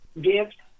gift